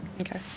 okay